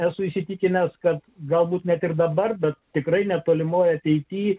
esu įsitikinęs kad galbūt net ir dabar bet tikrai netolimoje ateityje